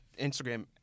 Instagram